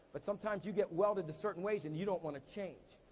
but sometimes, you get welded to certain ways and you don't wanna change.